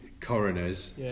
coroners